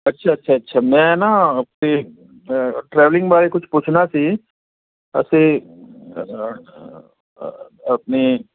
ਅੱਛਾ ਅੱਛਾ ਅੱਛਾ ਮੈਂ ਨਾ ਅਤੇ ਟਰੈਵਲਿੰਗ ਬਾਰੇ ਕੁਛ ਪੁੱਛਣਾ ਸੀ ਅਸੀਂ ਆਪਣੇ